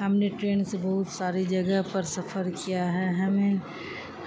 ہم نے ٹرین سے بہت ساری جگہ پر سفر کیا ہے ہمیں